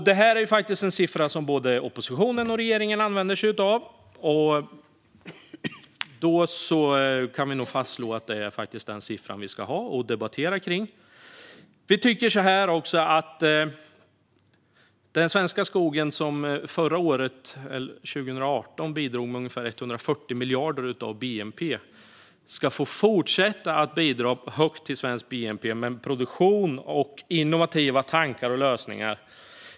Det här är en siffra som både oppositionen och regeringen använder sig av, så vi kan nog fastslå att det faktiskt är den siffra vi ska ha och debattera. Vi tycker att den svenska skogen, som 2018 bidrog med ungefär 140 miljarder till bnp, ska få fortsätta att bidra stort till svenskt bnp med produktion och innovativa tankar och lösningar.